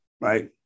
right